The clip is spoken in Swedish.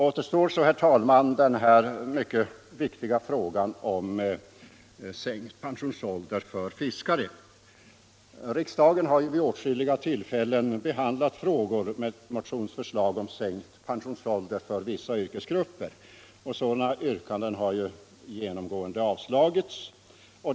Återstår så, herr talman, den mycket viktiga frågan om sänkt pensionsålder för fiskare. Riksdagen har vid åtskilliga tillfällen behandlat motioner med förslag om sänkt pensionsålder för vissa yrkesgrupper. Sådana yrkanden har genomgående avslagits.